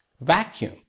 vacuum